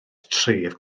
tref